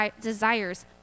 desires